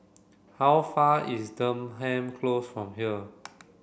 how far is Denham Close from here